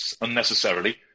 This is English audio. unnecessarily